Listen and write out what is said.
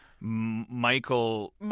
Michael